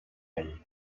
ell